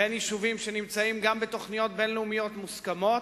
בין יישובים שנמצאים גם בתוכניות בין-לאומיות מוסכמות,